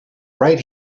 right